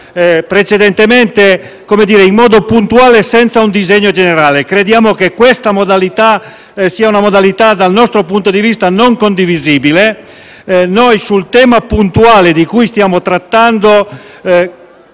precedentemente, in modo puntuale, senza un disegno generale. Crediamo che questa sia una modalità, dal nostro punto di vista, non condivisibile. Sul tema puntuale di cui stiamo trattando,